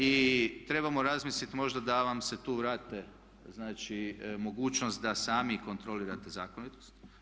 I trebamo razmisliti možda da vam se tu vrati znači mogućnost da sami kontrolirate zakonitost.